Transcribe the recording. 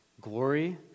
glory